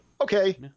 okay